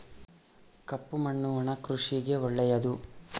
ಕಪ್ಪು ಮಣ್ಣು ಒಣ ಕೃಷಿಗೆ ಒಳ್ಳೆಯದು